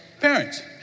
parents